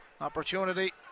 Opportunity